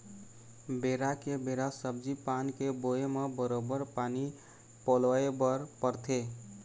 बेरा के बेरा सब्जी पान के बोए म बरोबर पानी पलोय बर परथे